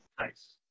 Nice